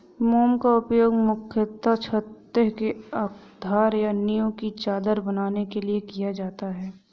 मोम का उपयोग मुख्यतः छत्ते के आधार या नीव की चादर बनाने के लिए किया जाता है